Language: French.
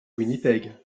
winnipeg